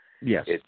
Yes